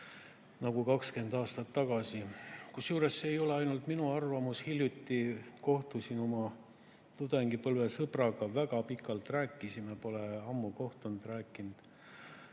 mida 20 aastat tagasi. Kusjuures see ei ole ainult minu arvamus. Hiljuti kohtusin oma tudengipõlve sõbraga, väga pikalt rääkisime, pole ammu kohtunud.